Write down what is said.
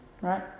Right